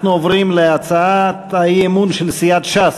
אנחנו עוברים להצעת האי-אמון של סיעת ש"ס: